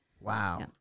Wow